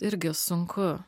irgi sunku